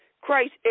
Christ